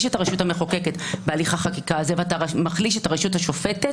את הרשות המחוקקת בהליך החקיקה הזה ואתה מחליש את הרשות השופטת,